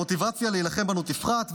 המוטיבציה להילחם בנו תפחת,